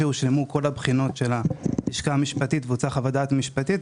כשהושלמו כל הבחינות של הלשכה המשפטית והוצאה חוות דעת משפטית,